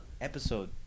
Episode